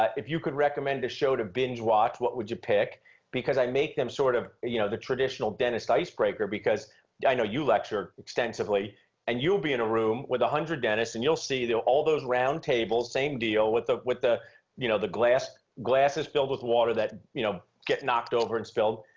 if you could recommend a show to binge watch what would you pick because i make them sort of you know the traditional dentist icebreaker because i know you lecture extensively and you'll be in a room with a hundred dentists and you'll see they're all those round tables same deal with ah with the you know the glass glass is filled with water that you know get knocked over and spilled.